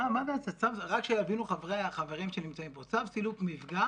רק שיבינו החברים שנמצאים פה, צו סילוק מפגע